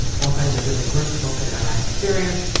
all kinds of different groups, mostly in iraq and syria.